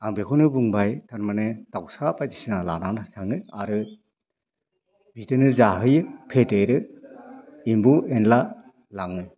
आं बेखौनो बुंबाय तारमाने दाउसा बायदिसिना लानानै थाङो आरो बिदिनो जाहोयो फेदेरो एम्फौ एनला लाङो